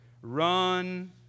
Run